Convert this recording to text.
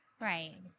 Right